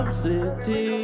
city